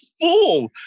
fool